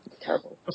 terrible